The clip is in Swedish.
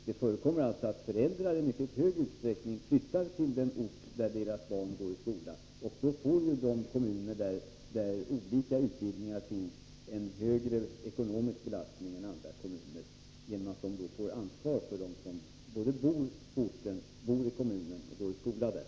Det förekommer alltså i mycket stor utsträckning att föräldrar flyttar till den ort där deras barn går i skola, och då får ju de kommuner där olika utbildningar finns en högre ekonomisk belastning än andra kommuner, genom att de får ansvar för både dem som bor i kommunen och dem som går i skola där.